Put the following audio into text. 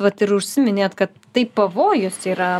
vat ir užsiminėt kad tai pavojus yra